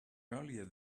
earlier